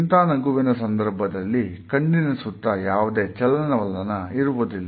ಇಂತಹ ನಗುವಿನ ಸಂದರ್ಭದಲ್ಲಿ ಕಣ್ಣಿನ ಸುತ್ತ ಯಾವುದೇ ಚಲನವಲನ ಇರುವುದಿಲ್ಲ